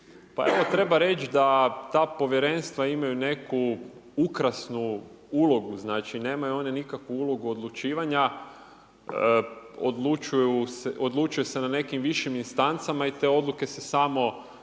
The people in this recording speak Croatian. treba reći da ta povjerenstva imaju neku ukrasnu ulogu znači nemaju one nikakvu ulogu odlučivanja, odlučuje se na nekim višim instancama i te odluke se samo